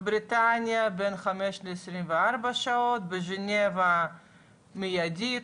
בבריטניה בין חמש ל-24 שעות, בז'נבה מיידית.